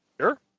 Sure